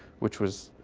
which was,